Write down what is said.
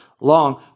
long